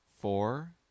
four